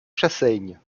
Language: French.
chassaigne